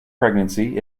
pregnancy